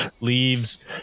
leaves